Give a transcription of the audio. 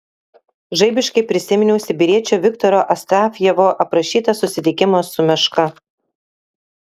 žaibiškai prisiminiau sibiriečio viktoro astafjevo aprašytą susitikimą su meška